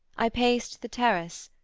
i paced the terrace,